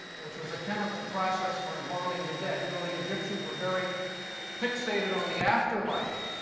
which was a chemical process for embalming the dead. you know the egyptians were very fixated on the afterlife.